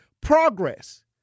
progress